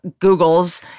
Googles